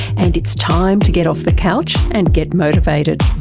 and it's time to get off the couch and get motivated.